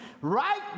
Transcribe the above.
right